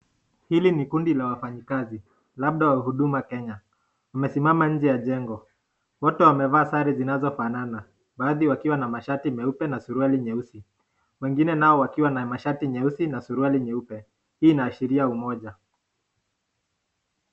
Hili ni kundi la wafanyikazi, labda wa Huduma Kenya. Wamesimama nje ya jengo. Wote wamevaa sare zinazofanana. Baadhi wakiwa na mashati meupe na suruali nyeusi. Wengine nao wakiwa na mashati nyeusi na suruali nyeupe. Hii inaashiria umoja.